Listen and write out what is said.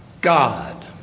God